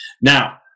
Now